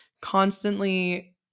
constantly